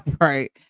Right